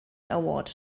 award